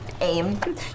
aim